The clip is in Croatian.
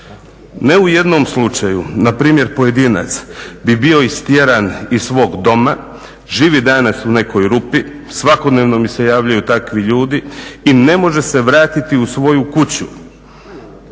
Ne u jednom slučaju, npr. pojedinac bi bio istjeran iz svog doma, živi danas u nekoj rupi, svakodnevno mi se javljaju takvi ljudi i ne može se vratiti u svoju kuću,